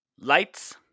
Lights